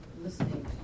listening